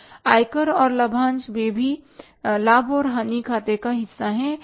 आयकर और लाभांश वे भी लाभ और हानि खाते का हिस्सा हैं